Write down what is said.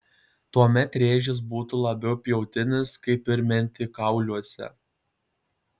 tuomet rėžis būtų labiau pjautinis kaip ir mentikauliuose